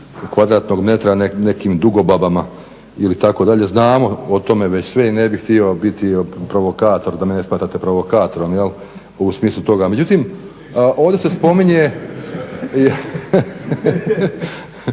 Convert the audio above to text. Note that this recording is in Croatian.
kvadratnom metru u nekim Dugobabama ili tako dalje, znamo o tome već sve i ne bih htio biti provokator, da me ne smatrate provokatorom u smislu toga. Međutim, ovdje se spominje